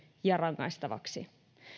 ja rangaistaviksi